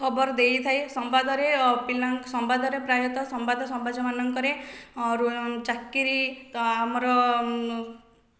ଖବର ଦେଇଥାଏ ସମ୍ବାଦରେ ପିଲାଙ୍କ ସମ୍ବାଦରେ ପ୍ରାୟତଃ ସମ୍ବାଦ ସମାଜମାନଙ୍କରେ ଚାକିରି ଆମର